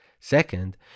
Second